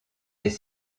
des